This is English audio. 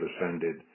ascended